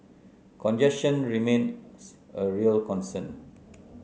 congestion remains a real concern